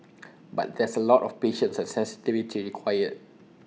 but there's A lot of patience and sensitivity required